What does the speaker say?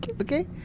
Okay